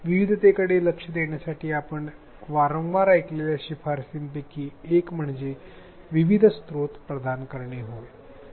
विविधतेकडे लक्ष देण्यासाठी आपण वारंवार ऐकलेल्या शिफारसींपैकी एक म्हणजे विविध स्त्रोत प्रदान करणे होय